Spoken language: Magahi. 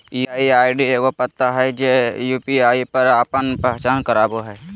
यू.पी.आई आई.डी एगो पता हइ जे यू.पी.आई पर आपन पहचान करावो हइ